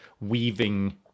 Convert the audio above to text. weaving